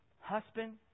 husband